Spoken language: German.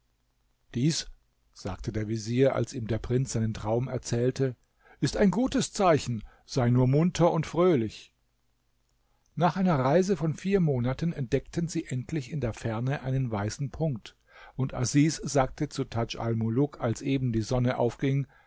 dies sagte der vezier als ihm der prinz seinen traum erzählte ist ein gutes zeichen sei nur munter und fröhlich nach einer reise von vier monaten entdeckten sie endlich in der ferne einen weißen punkt und asis sagte zu tadj almuluk als eben die sonne aufging